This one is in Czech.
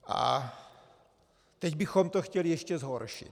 A teď bychom to chtěli ještě zhoršit.